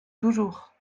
toujours